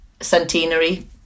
centenary